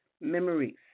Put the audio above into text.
memories